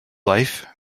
life